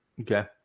Okay